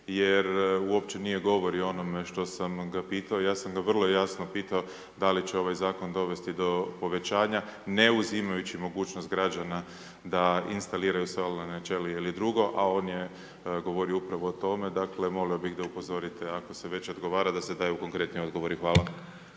jer uopće nije govorio o onome što sam ga pitao, ja sam ga vrlo jasno pitao da li će ovaj zakon dovesti do povećanja ne uzimajući mogućnost građana da instaliraju solarne ćelije ili drugo, a on je govorio upravo o tome, dakle molio bih da upozorite ako se već odgovara da se daju konkretni odgovori. Hvala.